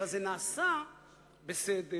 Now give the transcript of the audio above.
אבל זה נעשה בסדר,